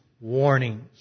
warnings